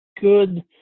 good